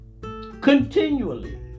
continually